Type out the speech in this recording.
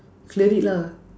clear it lah